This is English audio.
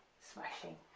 smashing,